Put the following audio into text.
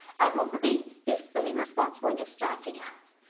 i'm all for being fiscally responsible when you're starting out,